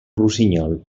rossinyol